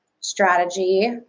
strategy